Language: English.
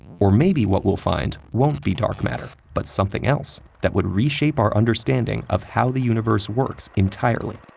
or maybe what we'll find won't be dark matter, but something else that would reshape our understanding of how the universe works entirely.